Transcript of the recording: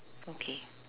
okay